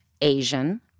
Asian